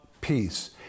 peace